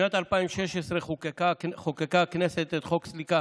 בשנת 2016 חוקקה הכנסת את חוק סליקה